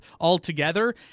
altogether